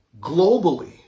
globally